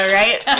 right